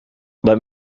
let